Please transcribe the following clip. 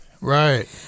Right